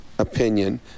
Opinion